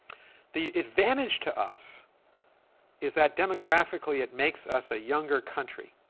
the advantage to us is that demographically it makes us a younger country,